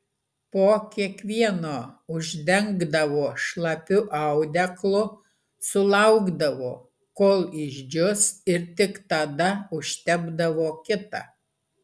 po kiekvieno uždengdavo šlapiu audeklu sulaukdavo kol išdžius ir tik tada užtepdavo kitą